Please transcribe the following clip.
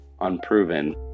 unproven